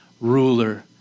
ruler